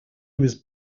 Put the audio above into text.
was